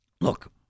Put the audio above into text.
Look